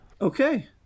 Okay